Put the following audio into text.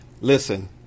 Listen